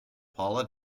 paula